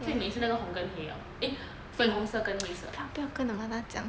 最美的是那个红跟黑的 eh 粉红色跟黑色